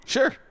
Sure